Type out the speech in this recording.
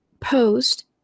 post